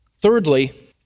Thirdly